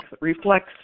reflects